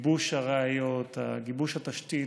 גיבוש הראיות, גיבוש התשתית,